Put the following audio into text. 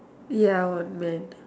ya one man